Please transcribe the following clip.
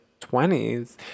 20s